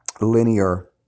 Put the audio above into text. linear